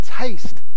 taste